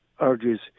urges